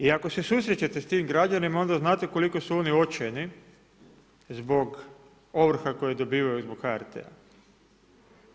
I ako se susrećete s tim građanima, onda znate koliko su oni očajni, zbog ovrha koje dobivaju iz HRT-a.